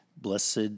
Blessed